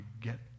get